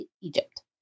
Egypt